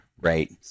right